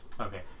Okay